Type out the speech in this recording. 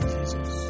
Jesus